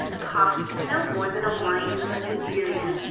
pah, tis no more than a whining presbyterian,